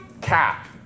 cap